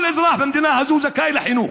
כל אזרח במדינה הזאת זכאי לחינוך,